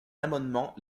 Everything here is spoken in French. amendement